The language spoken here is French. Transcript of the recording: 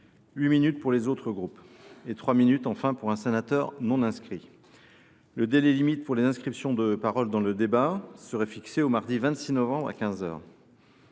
minutes pour les autres groupes, trois minutes pour un sénateur non inscrit. Le délai limite pour les inscriptions de parole dans le débat serait fixé au mardi 26 novembre, à